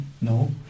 no